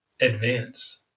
advance